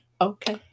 Okay